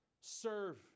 Serve